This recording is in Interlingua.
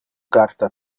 carta